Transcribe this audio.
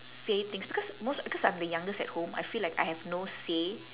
say things because most because I'm the youngest at home I feel like I have no say